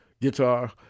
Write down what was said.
guitar